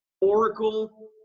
Oracle